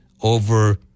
over